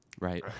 right